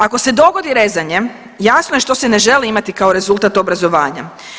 Ako se dogodi rezanje, jasno je što se ne želi imati kao rezultat obrazovanja.